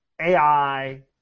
AI